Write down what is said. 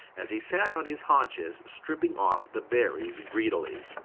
as he sat on his haunches stripping off the berries greedily.